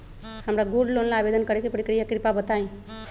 हमरा gold loan ला आवेदन करे के प्रक्रिया कृपया बताई